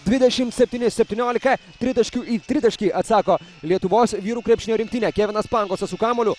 dvidešimt septyni septyniolika tritaškiu į tritaškį atsako lietuvos vyrų krepšinio rinktinė kevinas pangosas su kamuoliu